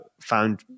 found